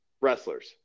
wrestlers